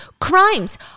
crimes